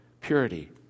purity